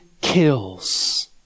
kills